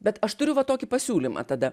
bet aš turiu va tokį pasiūlymą tada